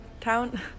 town